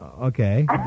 okay